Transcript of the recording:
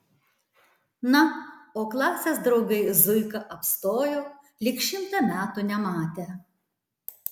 na o klasės draugai zuiką apstojo lyg šimtą metų nematę